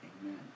Amen